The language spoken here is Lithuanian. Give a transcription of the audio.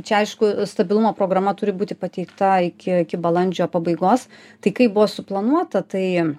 čia aišku stabilumo programa turi būti pateikta iki iki balandžio pabaigos tai kaip buvo suplanuota tai